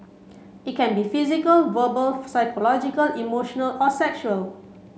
it can be physical verbal psychological emotional or sexual